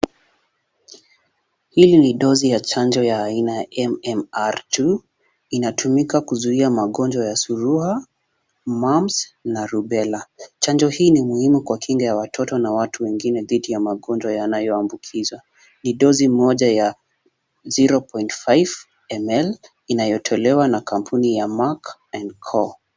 Hili ni dozi la chanjo la aina MMR juu, inatumika kuzuia magonjwa ya Surua, Mumps na Rubella. Chanjo hii ni muhimu kwa kinga ya watoto na watu wengine dhidi ya magonjwa yanayoambukiza, ni dozi moja ya 0.5ml inayotolewa na kampuni ya Merck and Co.